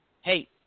hey